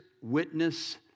witness